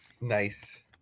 Nice